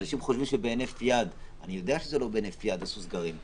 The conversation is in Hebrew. אנשים חושבים שבהינף יד ואני יודע שזה לא בהינף יד עושים סגרים.